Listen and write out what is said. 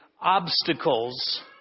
obstacles